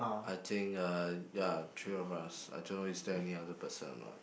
I think uh ya three of us I don't know is there any other person or not